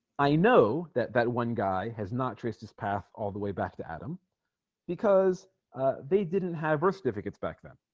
i know that that one guy has not traced his path all the way back to adam because they didn't have birth certificates back then